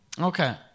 Okay